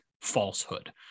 falsehood